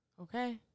Okay